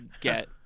get